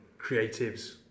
creatives